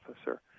officer